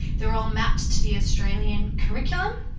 they're all mapped to the australian curriculum,